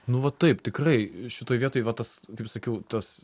nu va taip tikrai šitoj vietoj va tas kaip sakiau tas